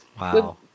Wow